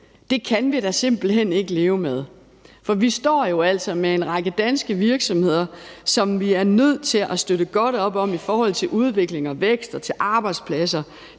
Det kan vi da simpelt hen ikke leve med. For vi står jo altså med en række danske virksomheder, som vi er nødt til at støtte godt op om i forhold til udvikling og vækst og arbejdspladser.